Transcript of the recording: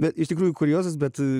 na iš tikrųjų kuriozas bet